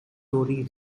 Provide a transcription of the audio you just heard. tori